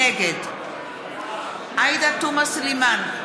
נגד עאידה תומא סלימאן,